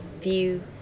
view